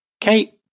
Kate